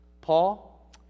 Paul